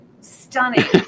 Stunning